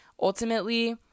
ultimately